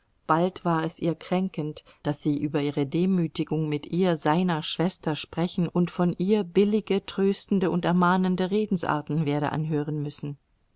bald war es ihr kränkend daß sie über ihre demütigung mit ihr seiner schwester sprechen und von ihr billige tröstende und ermahnende redensarten werde anhören müssen